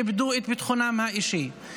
איבדו את הביטחון האישי.